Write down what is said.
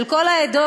של כל העדות,